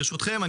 ברשותכם,